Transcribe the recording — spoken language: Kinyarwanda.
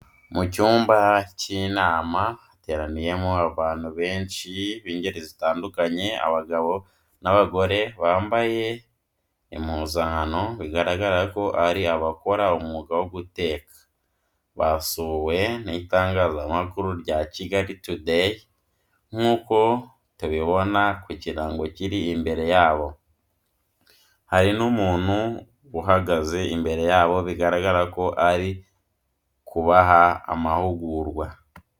Mu cyumba cy'inama hateraniyemo abantu benshi b'ingeri zitandukanye, abagabo n'abagore, bambaye impuzankano bigaragara ko ari abakora umwuga wo guteka, basuwe n'itangazamakuru rya kigali Today nk'uko tubibona ku kirango kiri imbere yabo, hari n'umuntu uhagaze imbere yabo bigaragara ko arimo kubaha amahugurwa.